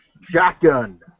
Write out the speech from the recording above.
Shotgun